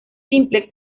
simple